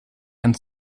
and